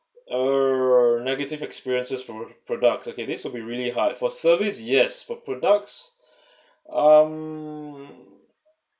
err negative experiences for products okay this will be really hard for services yes for products um